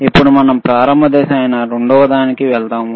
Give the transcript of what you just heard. ఇప్పుడు మనం ప్రారంభ దశ అయిన రెండవదానికి వెళ్తాము